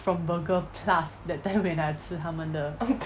from burger plus that time when I 吃他们的